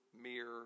mere